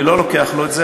אתה לוקח לו את זה.